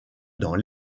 dans